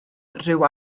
rhyw